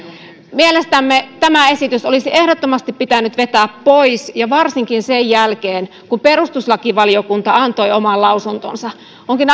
mielestämme tämä esitys olisi eh nolla dottomasti pitänyt vetää pois ja varsinkin sen jälkeen kun perustuslakivaliokunta antoi oman lausuntonsa onkin